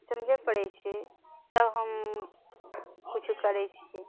समझऽ पड़ै छै तब हम किछु करै छियै